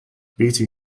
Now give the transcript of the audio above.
beatty